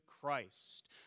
Christ